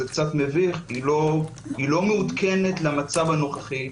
קצת מביך כי היא לא מעודכנת למצב הנוכחי.